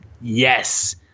yes